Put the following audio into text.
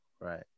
right